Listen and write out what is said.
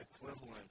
equivalent